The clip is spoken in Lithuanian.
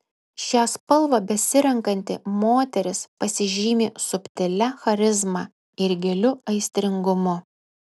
šią spalvą besirenkanti moteris pasižymi subtilia charizma ir giliu aistringumu